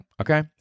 Okay